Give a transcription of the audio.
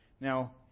Now